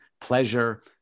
pleasure